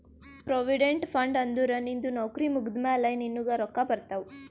provident fund ಅಂದುರ್ ನಿಂದು ನೌಕರಿ ಮುಗ್ದಮ್ಯಾಲ ನಿನ್ನುಗ್ ರೊಕ್ಕಾ ಬರ್ತಾವ್